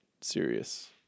serious